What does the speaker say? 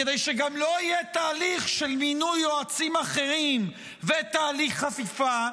כדי שגם לא יהיה תהליך של מינוי יועצים אחרים ותהליך חפיפה,